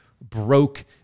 broke